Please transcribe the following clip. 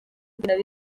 ukubiri